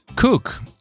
cook